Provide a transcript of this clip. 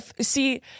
See